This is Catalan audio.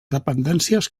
dependències